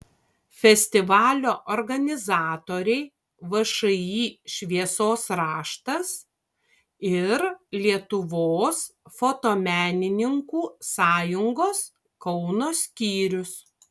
festivalio organizatoriai všį šviesos raštas ir lietuvos fotomenininkų sąjungos kauno skyrius